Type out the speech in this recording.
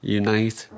unite